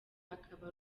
akaba